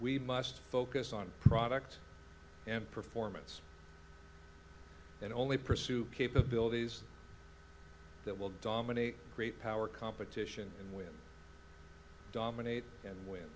we must focus on product and performance and only pursue capabilities that will dominate great power competition and with dominate and when